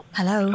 Hello